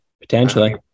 Potentially